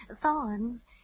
thorns